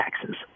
taxes